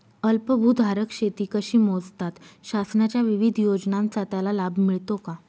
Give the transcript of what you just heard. अल्पभूधारक शेती कशी मोजतात? शासनाच्या विविध योजनांचा त्याला लाभ मिळतो का?